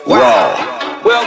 raw